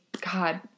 God